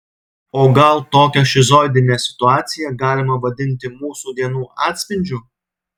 o gal tokią šizoidinę situaciją galima vadinti mūsų dienų atspindžiu